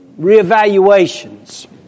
reevaluations